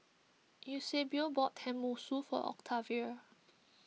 Eusebio bought Tenmusu for Octavia